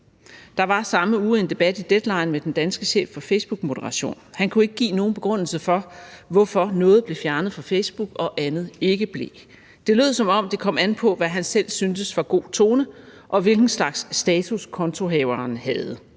Der var samme uge en debat i Deadline med den danske chef for facebookmoderation. Han kunne ikke give nogen begrundelse for, hvorfor noget blev fjernet fra Facebook og andet ikke blev. Det lød, som om det kom an på, hvad han selv syntes var god tone, og hvilken slags status kontohaveren havde.